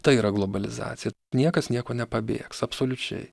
tai yra globalizacija niekas niekur nepabėgs absoliučiai